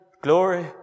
glory